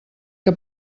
que